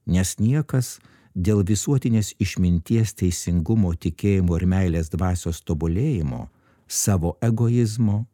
nes niekas dėl visuotinės išminties teisingumo tikėjimo ir meilės dvasios tobulėjimo savo egoizmo